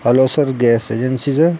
hello sir gas agency سے